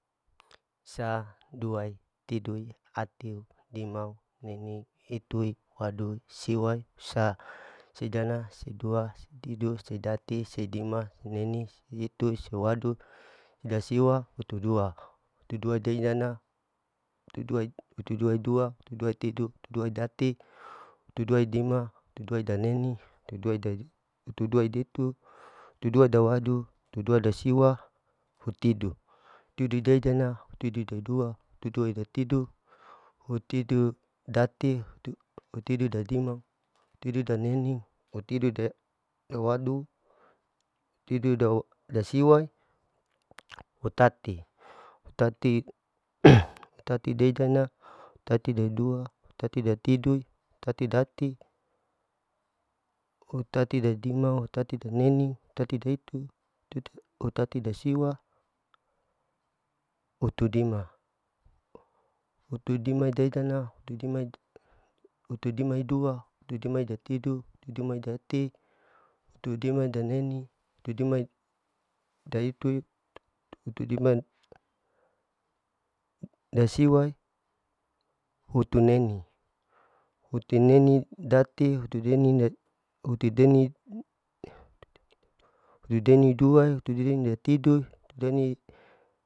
Sa, duai, tidui, atiu, dimau, neni, hitui, wadui, siwai, husa, sai dana, sai dua, sai tidu, sai dati, sai dima, sai neni, sai hitui, sai wadu, sai ida siwa, hutu dua, hutu duai idana, hutu dua-hutu duai dua, hutu duai tidu, hutu duai dati, hutu duai dima, hutu dua daneni, hutu dua hutu dua detu, hutu dua dawadu, hutu dua dasiwa, hutidu, hutidu daidana, hutidu duai, datidu datidu, hutidu dati, hut-hutidu dadima, hutidu daneni, hutidu da-dawadu, hutidu da-dasiwai, hutati, hutati hutati deidana, hutati deidua, hutati detidui, hutati dati, hutati dedima, hutati daneni, hutati daitu, hutati hutati dasiwa, hutudima, hutudima daedana, hutu dimai, hutudimai dua, hutudima datidu, hutudima dati, hutudimai daneni, hutudimai daitui, hutudima dasiwai, hutuneni, hutu neni dati, hutu neni da, hutu neni hutu deni dua, hutu deni datidu, hutu deni.